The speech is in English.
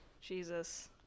Jesus